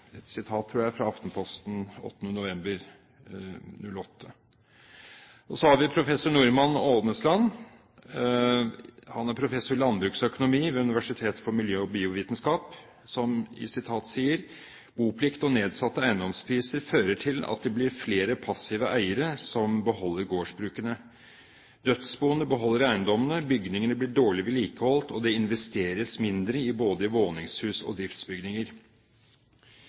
et sitat, tror jeg, fra Aftenposten 8. november 2008. Så har vi Normann Aanesland – han er professor i landbruksøkonomi ved Universitetet for miljø og biovitenskap – som sier: «Boplikt og nedsatte eiendomspriser fører til at det blir flere passive eiere som beholder gårdsbrukene . Dødsboene beholder eiendommene. Bygningene blir dårlig vedlikeholdt, og det investeres mindre både i våningshus og i driftsbygninger.»